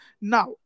now